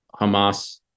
Hamas